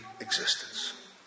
existence